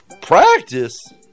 Practice